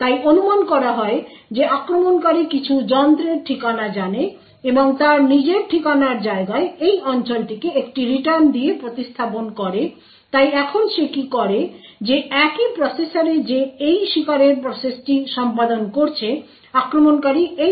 তাই অনুমান করা হয় যে আক্রমণকারী কিছু যন্ত্রের ঠিকানা জানে এবং তার নিজের ঠিকানার জায়গায় এই অঞ্চলটিকে একটি রিটার্ন দিয়ে প্রতিস্থাপন করে তাই এখন সে কী করে যে একই প্রসেসরে যে এই শিকারের প্রসেসটি সম্পাদন করছে আক্রমণকারী এই আক্রমণ প্রোগ্রামটি চালাবে